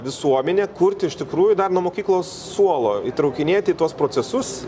visuomenę kurti iš tikrųjų dar nuo mokyklos suolo įtraukinėti į tuos procesus